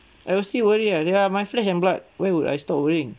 I will still worry ah they are my flesh and blood why would I stop worrying